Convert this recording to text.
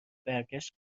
برگشت